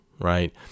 right